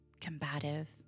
combative